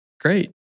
Great